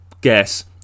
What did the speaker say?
guess